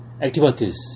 activities